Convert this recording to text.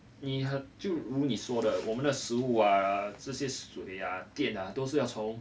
你很你就如你说的我们的食物啊这些水啊电啊都是要从